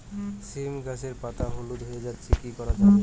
সীম গাছের পাতা হলুদ হয়ে যাচ্ছে কি করা যাবে?